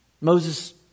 Moses